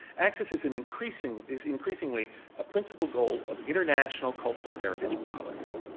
access is and increasingly is increasingly a principle goal of international cultural heritage policy.